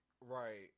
Right